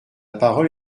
parole